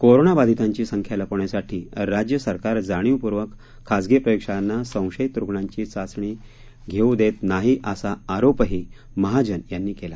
corona बाधितांची संख्या लपवण्यासाठी राज्य सरकार जाणीवपूर्वक खाजगी प्रयोग शाळांना संशयित रुग्णांची चाचणी धेऊ देत नाही असा आरोपही महाजन यांनी केला